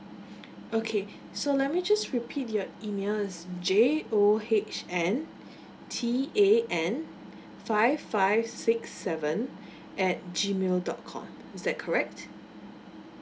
okay so let me just repeat your email is j o h n t a n five five six seven at G mail dot com is that correct